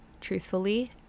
Truthfully